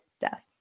death